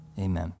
Amen